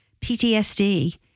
PTSD